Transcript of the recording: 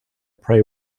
prey